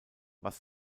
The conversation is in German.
was